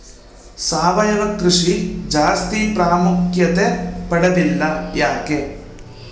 ಸಾವಯವ ಕೃಷಿ ಜಾಸ್ತಿ ಪ್ರಾಮುಖ್ಯತೆ ಪಡೆದಿಲ್ಲ ಯಾಕೆ?